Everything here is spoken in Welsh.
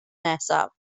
nesaf